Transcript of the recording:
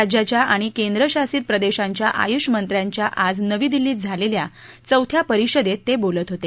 राज्यांच्या आणि केंद्र शासित प्रदेशांच्या आयुष मंत्र्यांच्या आज नवी दिल्लीत झालेल्या चौथ्या परिषदेत ते बोलत होते